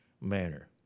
manner